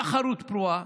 תחרות פרועה.